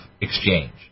exchange